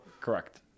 correct